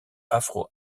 afro